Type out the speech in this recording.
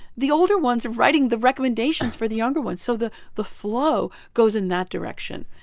the older ones are writing the recommendations for the younger ones, so the the flow goes in that direction.